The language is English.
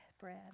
bread